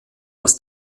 das